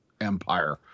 empire